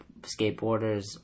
skateboarders